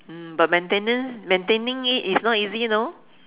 um but maintenance maintaining it is not easy you know